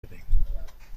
بدیم